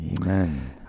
Amen